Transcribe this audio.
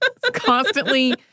constantly